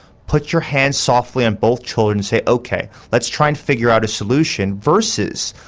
put your hand softly on both children and say ok, let's try and figure out a solution versus